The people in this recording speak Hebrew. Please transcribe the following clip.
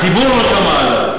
הציבור לא שמע עליו.